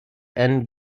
and